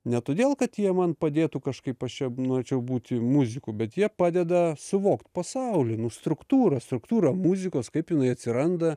ne todėl kad jie man padėtų kažkaip aš čia norėčiau būti muziku bet jie padeda suvokt pasaulį nu struktūrą struktūrą muzikos kaip jinai atsiranda